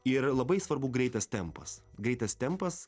ir labai svarbu greitas tempas greitas tempas